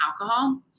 alcohol